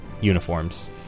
uniforms